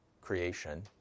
creation